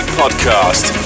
podcast